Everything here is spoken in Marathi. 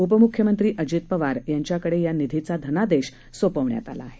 उपमुख्यमंत्री अजित पवार यांच्याकडे या निधीचा धनादेश सोपवण्यात आला आहे